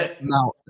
Now